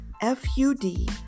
F-U-D